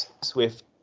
Swift